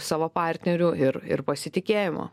savo partnerių ir ir pasitikėjimo